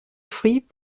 fruits